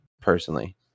personally